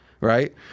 right